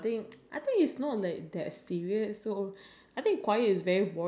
but they starting they take attendance like for my badminton they don't they never take